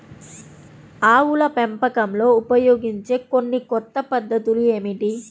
ఆవుల పెంపకంలో ఉపయోగించే కొన్ని కొత్త పద్ధతులు ఏమిటీ?